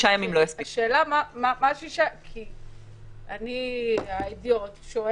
אני שואלת כהדיוט,